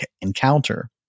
encounter